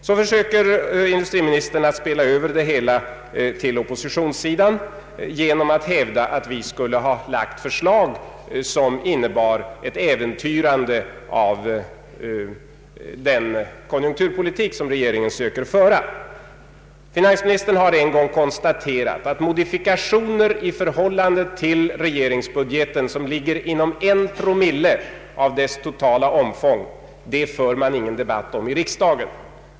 Sedan försöker industriministern att spela över det hela till oppositionssidan genom att hävda att vi skulle ha lagt fram förslag som innebär ett äventyrande av den konjunkturpolitik som regeringen försöker föra. Finansministern har en gång tidigare konstaterat att modifikationer i förhållande till regeringsbudgeten som ligger inom en promille av dess totala omfång inte behöver debatteras i riksdagen.